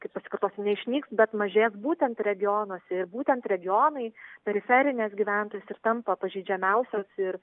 kaip pasikartosiu neišnyks bet mažės būtent regionuose ir būtent regionai periferinės gyventojus ir tampa pažeidžiamiausios ir